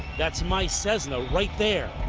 that's my cessna right there.